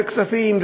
זה כספים,